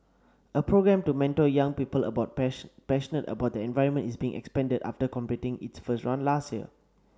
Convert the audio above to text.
a programme to mentor young people about passionate about the environment is being expanded after completing its first run last year